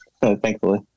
thankfully